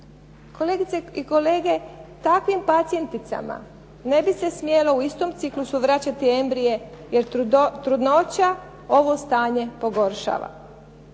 Kolegice i kolege, takvim pacijenticama ne bi se smjelo u istom ciklusu vraćati embrije, jer trudnoća ovo stanje pogoršava.